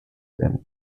than